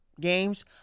games